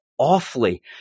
awfully